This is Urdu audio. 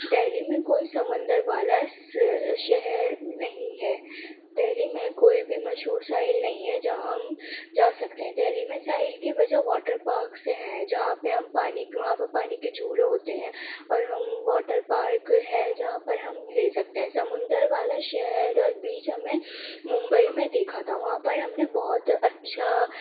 دہلی میں کوئی سمندر والا شہر نہیں ہے دہلی میں کوئی بھی مشہور ساحل نہیں ہے جہاں ہم جا سکتے ہیں دہلی میں ساحل کے بجائے واٹر پارکس ہیں جہاں پہ ہم پانی وہاں پہ پانی کے جھولے ہوتے ہیں اور ہم واٹر پارک ہے جہاں پر ہم لے سکتے ہیں سمندر والا شہر بیچ ہمیں ممبئی میں دیکھا تھا وہاں پر ہم نے بہت اچھا